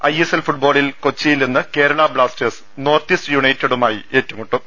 is L ഫുട്ബ്പോളിൽ കൊച്ചിയിൽ ഇന്ന് കേരള ബ്ലാസ്റ്റേഴ്സ് നോർത്ത് ഇൌസ്റ്റ് യൂണൈറ്റഡുമായി ഏറ്റുമു ട്ടും